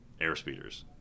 Airspeeders